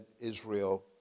Israel